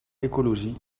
écologie